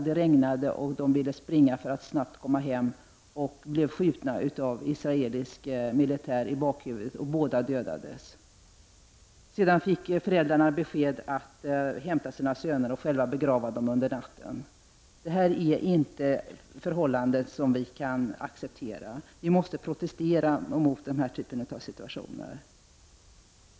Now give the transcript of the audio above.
Det regnade, och de ville springa för att snabbt komma hem. De blev då skjutna i bakhuvudet av israelisk militär och båda pojkarna dog. Föräldrarna fick besked att de skulle hämta sina söner och själva begrava dem under natten. Sådana förhållanden kan vi inte acceptera! Vi måste protestera mot den här typen av situationer.